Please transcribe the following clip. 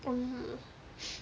mm